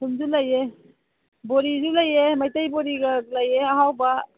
ꯊꯨꯝꯁꯨ ꯂꯩꯌꯦ ꯕꯣꯔꯤꯁꯨ ꯂꯩꯌꯦ ꯃꯩꯇꯩ ꯕꯣꯔꯤꯒ ꯂꯩꯌꯦ ꯑꯍꯥꯎꯕ